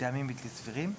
מטעמים בלתי סבירים.